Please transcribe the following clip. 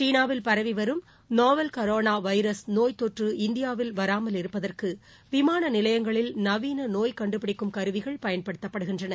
சீனாவில் பரவிவரும் novel corona virus நோப்த் தொற்று இந்தியாவில் வரவாமல் இருப்பதற்கு விமான நிலையங்களில் நவீன நோய் கண்டுபிடிக்கும் கருவிகள் பயன்படுத்தப்படுகின்றன